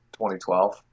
2012